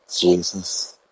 Jesus